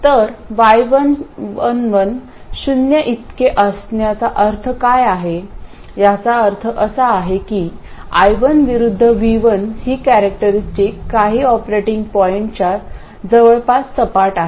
तर y11 शून्याइतके असण्याचा अर्थ काय आहे याचा अर्थ असा आहे की I1 विरुद्ध V1 ही कॅरेक्टरस्टिक काही ऑपरेटिंग पॉईंटच्या जवळपास सपाट आहेत